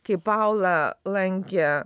kai paula lankė